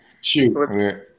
Shoot